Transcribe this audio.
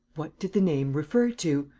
what did the name refer to?